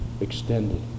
extended